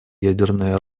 ядерное